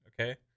Okay